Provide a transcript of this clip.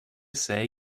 say